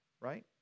right